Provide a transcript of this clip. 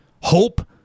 Hope